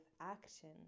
action